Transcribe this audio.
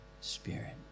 Spirit